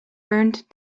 burned